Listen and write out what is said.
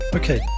Okay